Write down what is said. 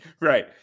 Right